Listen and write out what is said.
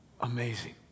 amazing